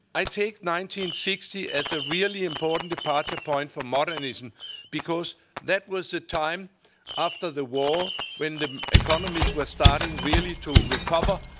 i take one sixty as a really important departure point for modernism because that was the time after the war when the economies were starting really to recover,